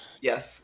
Yes